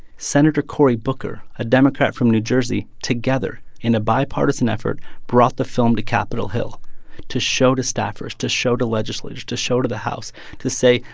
senator cory booker, a democrat from new jersey, together in a bipartisan effort brought the film to capitol hill to show to staffers, to show to legislators, to show to the house to say,